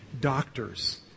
doctors